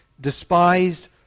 despised